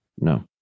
No